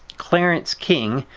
clarence king,